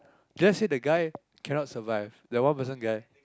let's say the guy cannot survive the one person guy